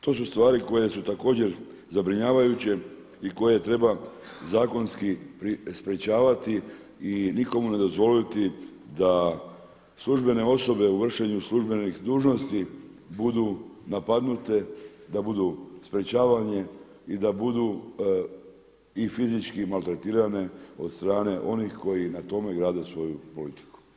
To su stvari koje su također zabrinjavajuće i koje treba zakonski sprječavati i nikomu ne dozvoliti da službene osobe u vršenju službenih dužnosti budu napadnute, da budu sprječavane i da budu i fizički maltretirane od strane onih koji na tome grade svoju politiku.